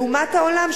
לעומת העולם,